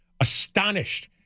astonished